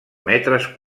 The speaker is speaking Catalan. metres